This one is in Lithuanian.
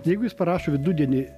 jeigu jis parašo vidudienį